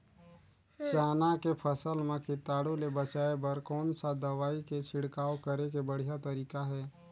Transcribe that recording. चाना के फसल मा कीटाणु ले बचाय बर कोन सा दवाई के छिड़काव करे के बढ़िया तरीका हे?